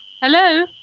Hello